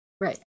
Right